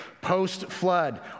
Post-flood